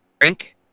drink